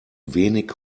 wenig